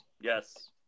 Yes